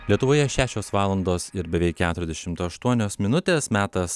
lietuvoje šešios valandos ir beveik keturiasdešimt aštuonios minutės metas